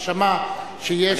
ששמע שיש,